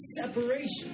separation